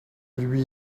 lui